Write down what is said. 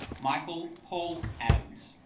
michael paul adams.